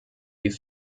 die